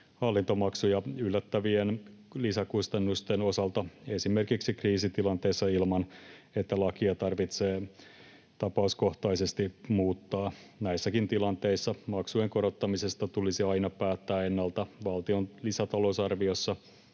hallintomaksuja yllättävien lisäkustannusten osalta esimerkiksi kriisitilanteissa ilman, että lakia tarvitsee tapauskohtaisesti muuttaa. Näissäkin tilanteissa maksujen korottamisesta tulisi aina päättää ennalta valtion lisätalousarviossa,